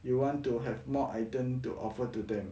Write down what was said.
you want to have more items to offer to them